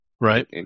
Right